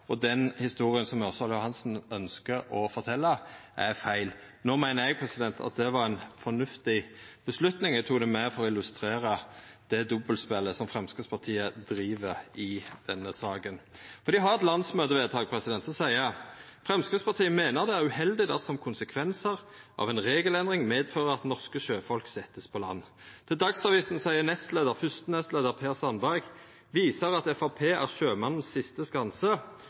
Den historia som Ørsal Johansen ynskjer å fortelja, er feil. Eg meiner at det var ei fornuftig avgjerd. Eg tok ho med for å illustrera dobbeltspelet som Framstegspartiet driv med i denne saka. Dei har eit landsmøtevedtak som seier: «Fremskrittspartiet mener det er uheldig dersom konsekvensene av en regelendring medfører at norske sjøfolk settes på land.» Til Dagsavisen har fyrste nestleiar, Per Sandberg, sagt: Frp er sjømennenes siste skanse.»